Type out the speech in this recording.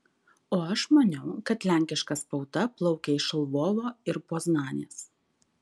o aš maniau kad lenkiška spauda plaukė iš lvovo ir poznanės